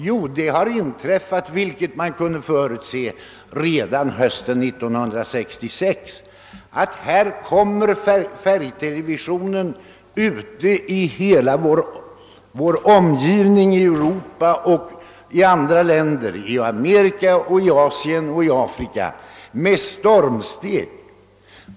Jo, som. man kunde förutse redan hösten 1966 kommer färgtelevisionen fram med stormsteg i hela vår omgivning: i Europa, Amerika, Asien och Afrika.